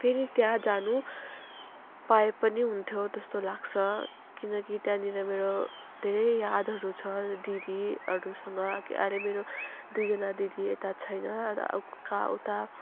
फेरि त्यहाँ जानु पाए पनि हुन्थ्यो त्यस्तो लाग्छ किनकि त्यहाँनिर मेरो धेरै यादहरू छ दिदीहरूसँग अहिले मेरो दुईजना दिदी यता छैन कहाँ उता